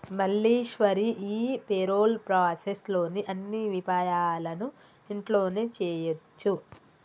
మల్లీశ్వరి ఈ payroll process లోని అన్ని విపాయాలను ఇంట్లోనే చేయొచ్చు